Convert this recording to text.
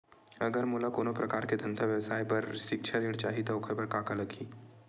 अगर मोला कोनो प्रकार के धंधा व्यवसाय पर ऋण चाही रहि त ओखर बर का का लगही?